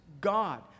god